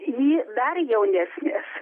į dar jaunesnes